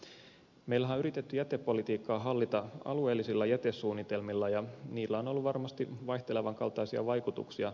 meillähän on yritetty jätepolitiikkaa hallita alueellisilla jätesuunnitelmilla ja niillä on ollut varmasti vaihtelevan kaltaisia vaikutuksia